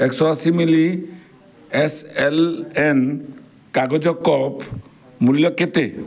ଏକଶହ ଅଶୀ ମିଲି ଏସ୍ ଏଲ୍ ଏନ୍ କାଗଜ କ ମୂଲ୍ୟ କେତେ